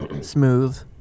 smooth